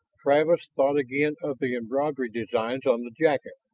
travis thought again of the embroidery designs on the jacket.